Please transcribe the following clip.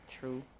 True